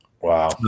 Wow